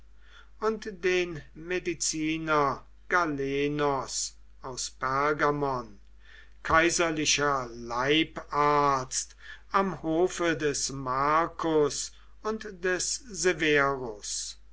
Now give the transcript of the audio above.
und den mediziner galenos aus pergamon kaiserlicher leibarzt am hofe des marcus und des